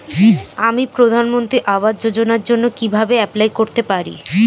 আমি প্রধানমন্ত্রী আবাস যোজনার জন্য কিভাবে এপ্লাই করতে পারি?